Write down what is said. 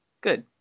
Good